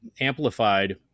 amplified